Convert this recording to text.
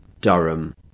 Durham